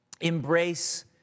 embrace